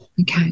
Okay